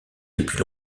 depuis